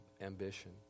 ambition